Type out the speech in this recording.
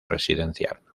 residencial